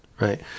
right